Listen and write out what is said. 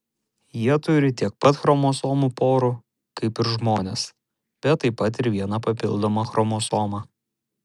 jie turi tiek pat chromosomų porų kaip ir žmonės bet taip pat ir vieną papildomą chromosomą